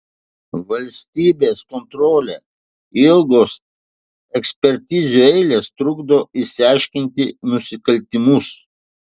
valstybės kontrolė ilgos ekspertizių eilės trukdo išaiškinti nusikaltimus